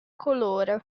colore